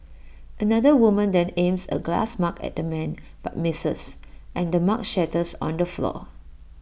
another woman then aims A glass mug at the man but misses and the mug shatters on the floor